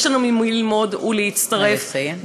יש לנו ממי ללמוד ולהצטרף, נא לסיים.